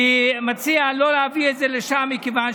אני מציע לא להביא את זה לשם, מכיוון,